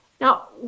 Now